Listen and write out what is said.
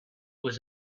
was